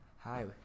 Hi